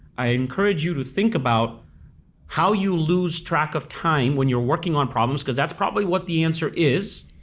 i encourage you to think about how you lose track of time, when you're working on problems, cause that's probably what the answer is.